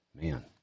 Man